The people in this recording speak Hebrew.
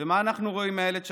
ומה אנחנו רואים מאילת שקד?